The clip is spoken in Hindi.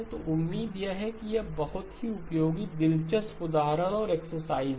तो उम्मीद है यह एक बहुत ही उपयोगी दिलचस्प उदाहरण और एक्सरसाइज है